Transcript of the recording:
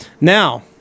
Now